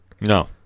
No